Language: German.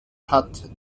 hat